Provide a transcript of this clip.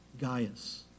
Gaius